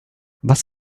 was